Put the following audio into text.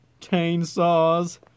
chainsaws